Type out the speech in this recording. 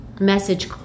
message